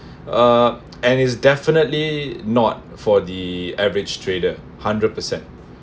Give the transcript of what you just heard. uh and is definitely not for the average trader hundred percent